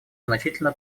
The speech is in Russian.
значительно